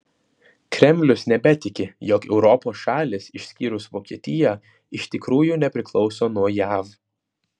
kremlius nebetiki jog europos šalys išskyrus vokietiją iš tikrųjų nepriklauso nuo jav